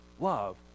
love